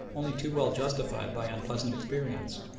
only too well justified by unpleasant experience,